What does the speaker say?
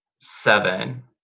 seven